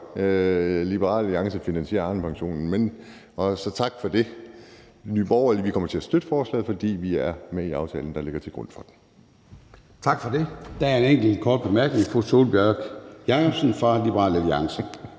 Liberal Alliance finansiere Arnepensionen, så tak for det. Nye Borgerlige kommer til at støtte forslaget, fordi vi er med i aftalen, der ligger til grund for det. Kl. 22:46 Formanden (Søren Gade): Tak for det. Der er en enkelt kort bemærkning fra fru Sólbjørg Jakobsen fra Liberal Alliance.